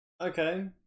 Okay